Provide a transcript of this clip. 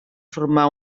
formar